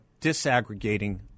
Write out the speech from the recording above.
disaggregating